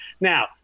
now